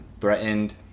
threatened